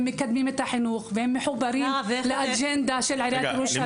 הם מקדמים את החינוך והם מחוברים לאג'נדה של עיריית ירושלים.